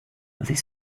this